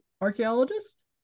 archaeologist